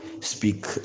speak